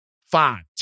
five